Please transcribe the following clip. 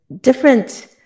different